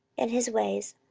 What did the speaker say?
and his ways,